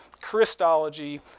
Christology